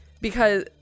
because-